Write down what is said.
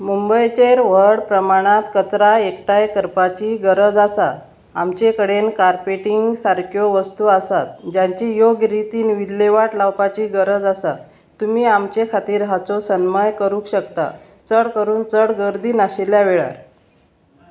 मुंबयचेर व्हड प्रमाणांत कचरा एकठांय करपाची गरज आसा आमचे कडेन कार्पेटींग सारक्यो वस्तू आसात जांची योग्य रितीन विल्लेवाट लावपाची गरज आसा तुमी आमचे खातीर हाचो सन्माय करूंक शकता चड करून चड गर्दी नाशिल्ल्या वेळार